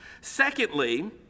Secondly